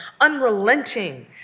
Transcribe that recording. unrelenting